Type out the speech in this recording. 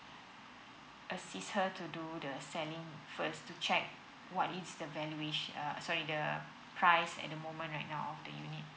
assist her to do the selling first to check what is the valuation sorry the price at the moment right now of the unit